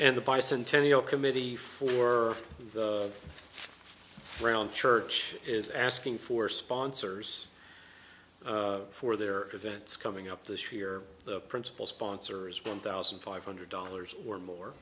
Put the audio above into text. and the bicentennial committee for round church is asking for sponsors for their events coming up this year the principal sponsor is one thousand five hundred dollars or more